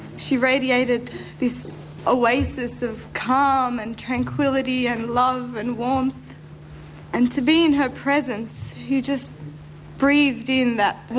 she radiated this oasis of calm, and tranquillity and love and warmth and to be in her presence you just breathed in that